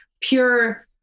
pure